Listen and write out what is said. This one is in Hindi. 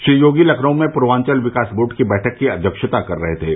श्री योगी लखनऊ में पूर्वांचल विकास बोर्ड की बैठक की अध्यक्षता कर रहे थे